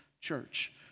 church